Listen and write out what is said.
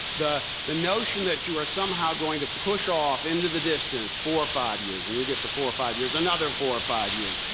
the the notion that you are somehow going to push off into the distance four or five years, and you get to four or five years, another four or five years,